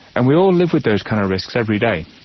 and we all live with those kind of risks every day.